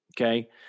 okay